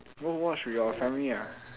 go watch with your family ah